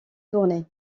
tournés